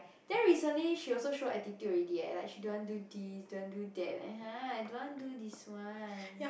then recently she also show attitude already eh like she don't want do this don't want do that like [huh] I don't want do this one